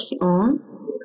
on